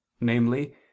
namely